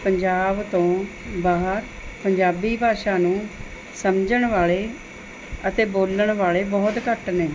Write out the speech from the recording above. ਪੰਜਾਬ ਤੋਂ ਬਾਹਰ ਪੰਜਾਬੀ ਭਾਸ਼ਾ ਨੂੰ ਸਮਝਣ ਵਾਲ਼ੇ ਅਤੇ ਬੋਲਣ ਵਾਲ਼ੇ ਬਹੁਤ ਘੱਟ ਨੇ